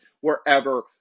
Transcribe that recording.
wherever